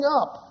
up